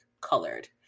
colored